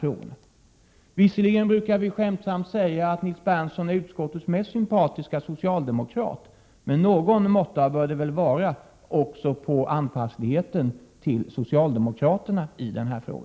Vi brukar visserligen skämtsamt säga att Nils Berndtson är utskottets mest sympatiske socialdemokrat, men någon måtta bör det väl vara också på anpassligheten till socialdemokraterna i denna fråga.